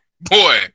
Boy